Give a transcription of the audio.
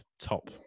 top